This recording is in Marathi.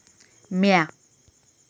म्या